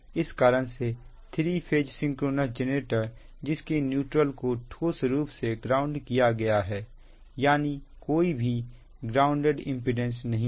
इस कारण से थ्री फेज सिंक्रोनस जेनरेटर जिसके न्यूट्रल को ठोस रूप से ग्राउंड किया गया है यानी कोई भी ग्राउंड इंपीडेंस नहीं है